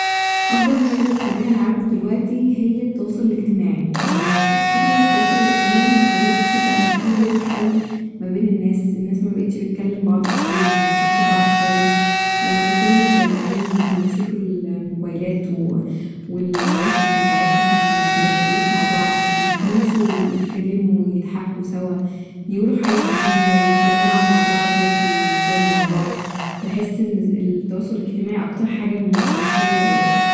اكبر مشكلة بتواجهها العالم دلوقتي هي التواصل الاجتماعي ، إن كترة التواصل الاجتماعي مخلتش بقى في روح أوي ما بين الناس ، الناس مبقتش بتكلم بعض كتير مبتشوفش بعض خالص لما بيكونو متجمعين بيمسكو ال- الموبايلات و و ال- الهواتف بتاعتهم ومبيركزوش مع بعض ، بينسوا يتكلمو ويضحكو سوا ، يقولو حاجات جديدة يتجمعو مع بعض ياكلو ويفطرو مع بعض بحس إن ز التواصل الاجتماعي اكتر حاجة مشكلة دلوقتي